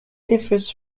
differs